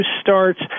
starts